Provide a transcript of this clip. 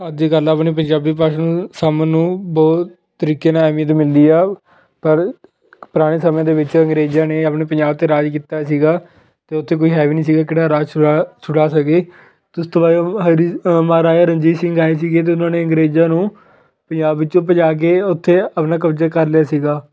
ਅੱਜ ਕੱਲ੍ਹ ਆਪਣੀ ਪੰਜਾਬੀ ਭਾਸ਼ਾ ਨੂੰ ਸਾਂਭਣ ਨੂੰ ਬਹੁ ਤਰੀਕੇ ਨਾਲ ਅਹਿਮੀਅਤ ਮਿਲਦੀ ਆ ਪਰ ਪੁਰਾਣੇ ਸਮੇਂ ਦੇ ਵਿੱਚ ਅੰਗਰੇਜ਼ਾਂ ਨੇ ਆਪਣੇ ਪੰਜਾਬ 'ਤੇ ਰਾਜ ਕੀਤਾ ਸੀਗਾ ਅਤੇ ਉੱਥੇ ਕੋਈ ਹੈ ਵੀ ਨਹੀਂ ਸੀਗਾ ਕਿਹੜਾ ਰਾਜ ਸੁਰਾ ਛੁਡਾ ਸਕੇ ਅਤੇ ਉਸ ਤੋਂ ਬਾਅਦ ਓਹ ਹਰੀ ਮਹਾਰਾਜਾ ਰਣਜੀਤ ਸਿੰਘ ਆਏ ਸੀਗੇ ਅਤੇ ਉਹਨਾਂ ਨੇ ਅੰਗਰੇਜ਼ਾਂ ਨੂੰ ਪੰਜਾਬ ਵਿੱਚੋਂ ਭਜਾ ਕੇ ਉੱਥੇ ਆਪਣਾ ਕਬਜ਼ਾ ਕਰ ਲਿਆ ਸੀਗਾ